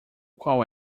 qual